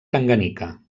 tanganyika